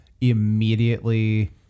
immediately